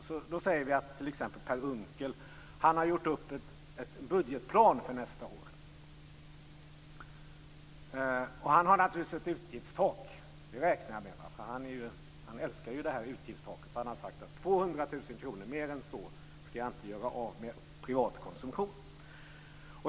Låt oss säga att t.ex. Per Unckel har gjort upp en budgetplan. Han har naturligtvis ett utgiftstak. Det räknar jag med, för han älskar ju det här utgiftstaket. Han har alltså sagt: Mer än 200 000 kr ska jag inte göra av med på privatkonsumtion.